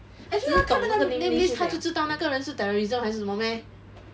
actually 他看那个 name list 他就知道那个人是 terrorism 还是什么 meh